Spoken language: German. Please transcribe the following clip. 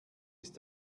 ist